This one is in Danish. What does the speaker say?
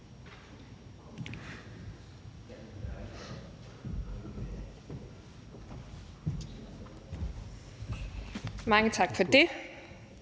Mange tak for det,